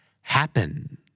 happen